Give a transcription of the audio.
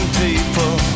people